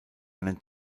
einen